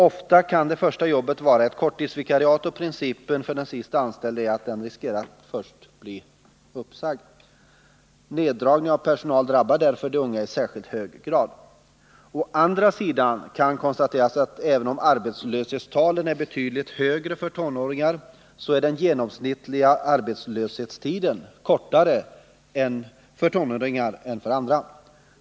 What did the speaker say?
Ofta kan det första jobbet vara ett korttidsvikariat, och principen är att den sist anställde riskerar att bli först vid uppsägning. Neddragning av personal drabbar därför de unga i särskilt hög grad. Å andra sidan kan konstateras att även om arbetslöshetstalen är betydligt högre för tonåringar än för andra, är den genomsnittliga arbetslösheten kortare för tonåringar än för andra.